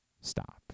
Stop